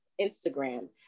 Instagram